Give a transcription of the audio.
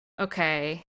Okay